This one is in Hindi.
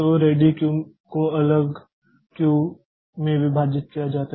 तो रेडी क्यू को अलग क्यू में विभाजित किया गया है